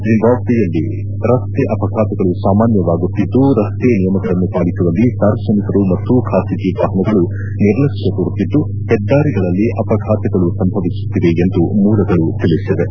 ಜಿಂಬಾಬ್ಲೆಯಲ್ಲಿ ರಸ್ತೆ ಅಪಘಾತಗಳು ಸಾಮಾನ್ಯವಾಗುತ್ತಿದ್ದು ರಸ್ತೆ ನಿಯಮಗಳನ್ನು ಪಾಲಿಸುವಲ್ಲಿ ಸಾರ್ವಜನಿಕರು ಮತ್ತು ಖಾಸಗಿ ವಾಹನಗಳು ನಿರ್ಲಕ್ಷ್ಯ ತೋರುತ್ತಿದ್ದು ಹೆದ್ದಾರಿಗಳಲ್ಲಿ ಅಪಭಾತಗಳು ಸಂಭವಿಸುತ್ತಿವೆ ಎಂದು ಮೂಲಗಳು ತಿಳಿಸಿವೆ